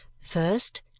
First